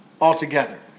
Altogether